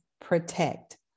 protect